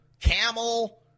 Camel